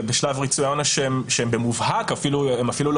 בשלב ריצוי העונש שהם במובהק אפילו לא